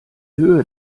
höhe